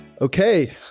Okay